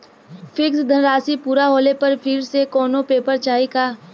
Fix धनराशी पूरा होले पर फिर से कौनो पेपर चाही का?